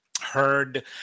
heard